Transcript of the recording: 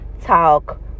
Talk